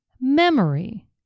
Memory